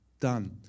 Done